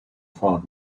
found